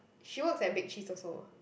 she works at Big Cheese also